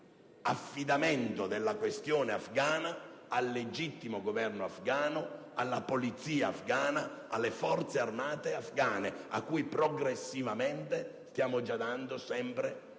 affidamento della questione afgana al legittimo Governo afgano, alla polizia afgana, alle forze armate afgane, cui progressivamente stiamo già dando un ruolo